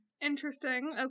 Interesting